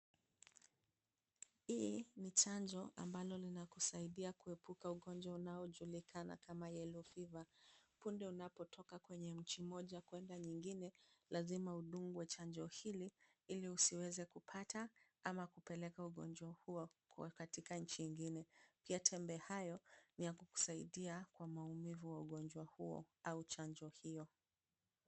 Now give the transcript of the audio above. Hii ni chanjo ambalo linakusaidia kuepuka ugonjwa unaojulikana kama yellow fever . Punde unapotoka kwenye nchi moja kwenda nyingine, lazima udungwe chanjo hili, ili usiweze kupata ama usipeleke ugonjwa huo wa katika nchi nyingine. Pia tembe hayo ni ya kukusaidia kwa maumivu wa ugonjwa huo au chanjo hiyo.